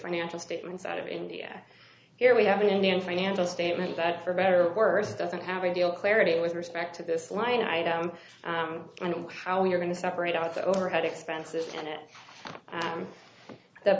financial statements out of india here we have an indian financial statement that for better or worse doesn't have a deal clarity with respect to this line item and how we are going to separate out the overhead expenses in it